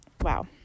wow